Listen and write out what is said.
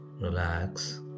Relax